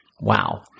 Wow